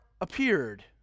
appeared